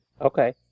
Okay